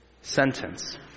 Sentence